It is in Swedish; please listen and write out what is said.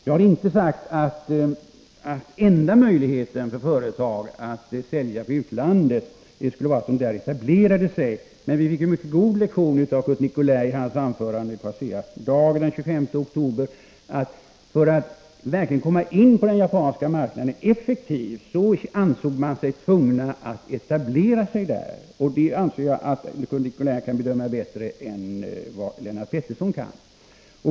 Jag har inte sagt att enda möjligheten för företag att sälja på utlandet skulle vara att de etablerar sig där, men vi fick en mycket god lektion av Curt Nicolin i hans anförande på ASEA-dagen den 25 oktober: för att verkligen effektivt komma in på den japanska marknaden ansåg sig ASEA tvunget att etablera sig där. Det tror jag att Curt Nicolin kan bedöma bättre än Lennart Pettersson.